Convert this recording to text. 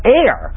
air